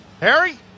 Harry